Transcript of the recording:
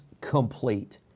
complete